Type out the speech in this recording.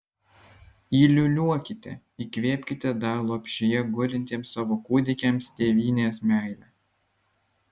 įliūliuokite įkvėpkite dar lopšyje gulintiems savo kūdikiams tėvynės meilę